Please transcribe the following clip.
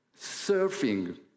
Surfing